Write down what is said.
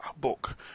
book